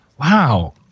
Wow